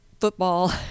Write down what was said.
football